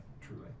truly